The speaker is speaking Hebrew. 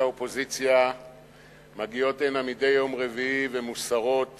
האופוזיציה מגיעות הנה מדי יום רביעי ומוסרות